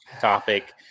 topic